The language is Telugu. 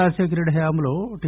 రాజశేఖరరెడ్డి హయాంలో టి